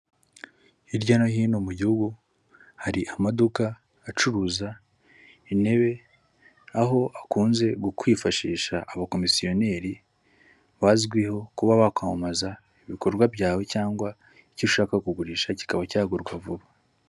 Hirya no hino mu gihugu hari amaduka acuruza intebe, aho akunze kwifashisha abakomisiyoneri bazwiho kuba wakwamamaza ibikorwa byawe cyangwa icyo ushaka kugurisha kikaba cyagurwa vuba.